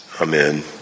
amen